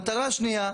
מטרה שנייה,